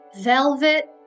velvet